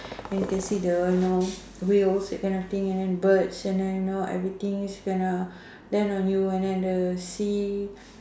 and you can see the you know whales that kind of thing and birds and then you know everything is gonna then when you on at the sea